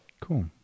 Cool